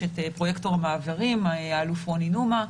יש את פרויקטור מעברים, האלוף רוני נומה,